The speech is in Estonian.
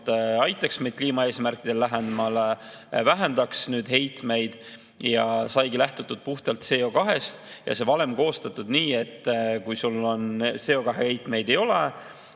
jõulisemalt kliimaeesmärkidele lähemale, vähendaks heitmeid. Saigi lähtutud puhtalt CO2‑st ja valem koostatud nii, et kui sul CO2heitmeid ei ole,